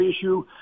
issue